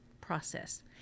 process